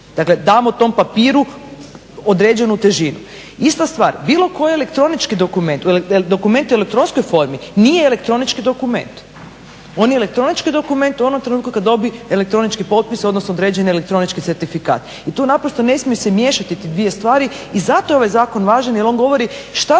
Dakle, damo tom papiru. Ista stvar, bilo koji elektronički dokument, dokument u elektronskoj formi nije elektronički dokument. On je elektronički dokument u onom trenutku kad dobi elektronički potpis odnosno određeni elektronički certifikat. I tu naprosto ne smiju se miješati te dvije stvari i zato je ovaj zakon važan, jer on govori šta